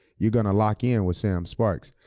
you're gonna lock in with sam sparks.